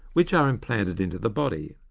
which are implanted into the body.